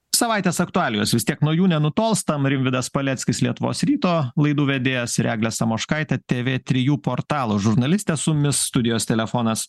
savaitės aktualijos vis tiek nuo jų nenutolstam rimvydas paleckis lietuvos ryto laidų vedėjas ir eglė samoškaitė tv trijų portalo žurnalistė su mumis studijos telefonas